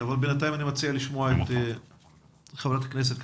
מציע לשמוע את חברת קארין אלהרר.